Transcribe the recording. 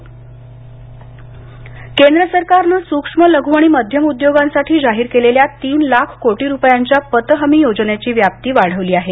योजना विस्तार केंद्र सरकारनं सूक्ष्म लघू आणि मध्यम उद्योगांसाठी जाहीर केलेल्या तीन लाख कोटी रुपयांच्या पत हमी योजनेची व्याप्ती वाढवली आहे